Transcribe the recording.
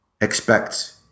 expect